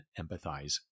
empathize